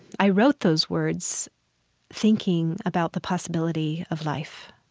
i wrote those words thinking about the possibility of life.